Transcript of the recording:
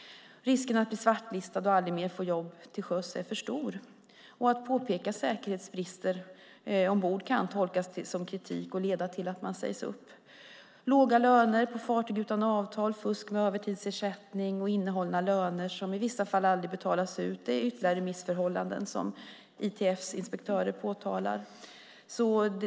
Risken att bli svartlistad och aldrig mer få jobb till sjöss är för stor. Och att påpeka säkerhetsbrister ombord kan tolkas som kritik och leda till att man sägs upp. Låga löner på fartyg utan avtal, fusk med övertidsersättning och innehållna löner, som i vissa fall aldrig betalas ut, är ytterligare missförhållanden som ITF:s inspektörer påtalar.